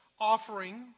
offering